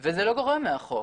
וזה לא גורע מהחוק.